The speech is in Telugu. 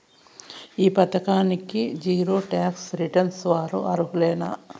ఈ పథకానికి జీరో టాక్స్ రిటర్న్స్ వారు అర్హులేనా లేనా?